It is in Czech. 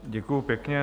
Děkuji pěkně.